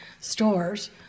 stores